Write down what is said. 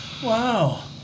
Wow